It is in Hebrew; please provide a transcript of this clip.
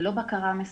ללא בקרה מספקת.